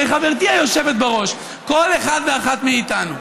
הרי, חברתי היושבת-בראש, כל אחד ואחת מאיתנו,